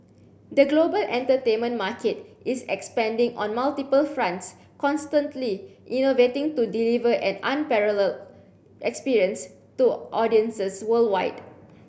the global entertainment market is expanding on multiple fronts constantly innovating to deliver an unparalleled experience to audiences worldwide